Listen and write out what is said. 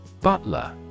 Butler